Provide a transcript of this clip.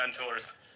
mentors